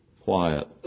quiet